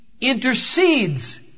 intercedes